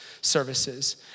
services